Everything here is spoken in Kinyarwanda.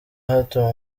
hato